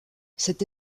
cette